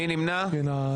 כן,